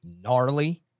gnarly